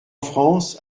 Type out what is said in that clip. france